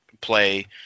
play